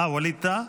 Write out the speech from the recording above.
אה, ווליד טאהא?